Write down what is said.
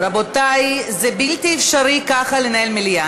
רבותי, זה בלתי אפשרי ככה לנהל מליאה.